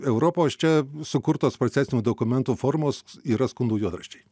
europos čia sukurtos procesinių dokumentų formos yra skundų juodraščiai